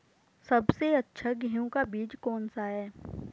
सबसे अच्छा गेहूँ का बीज कौन सा है?